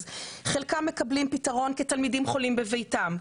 אז חלקם מקבלים פתרון כתלמידים חולים בביתם,